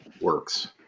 works